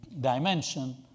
dimension